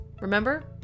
remember